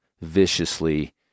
viciously